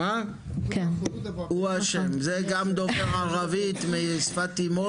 שני דברים אני רוצה להגיד לגבי הריסות בתים: